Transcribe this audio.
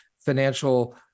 financial